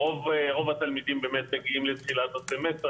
רוב התלמידים מגיעים לתחילת הסמסטר,